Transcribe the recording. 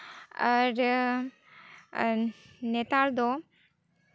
ᱟᱨ ᱱᱮᱛᱟᱨ ᱫᱚ